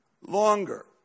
longer